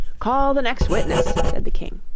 call the next witness said the king.